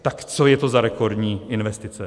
Tak co je to za rekordní investice?